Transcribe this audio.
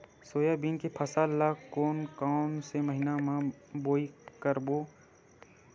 Soybean के फसल ल कोन कौन से महीना म बोआई करबो?